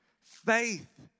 faith